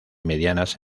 medianas